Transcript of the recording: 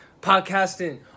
Podcasting